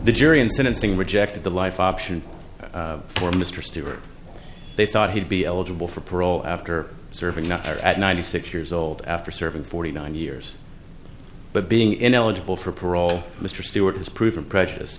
the jury in sentencing rejected the life option for mr stewart they thought he'd be eligible for parole after serving not at ninety six years old after serving forty nine years but being eligible for parole mr stewart has proven precious